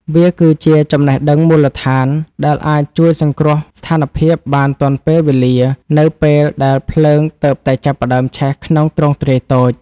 វាគឺជាចំណេះដឹងមូលដ្ឋានដែលអាចជួយសង្គ្រោះស្ថានភាពបានទាន់ពេលវេលា នៅពេលដែលភ្លើងទើបតែចាប់ផ្ដើមឆេះក្នុងទ្រង់ទ្រាយតូច។